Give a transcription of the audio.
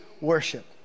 worship